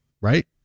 right